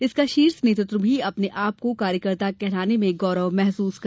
इसका शीर्ष नेतृत्व भी अपने आपको कार्यकर्ता कहलाने में गौरव महसूस करता है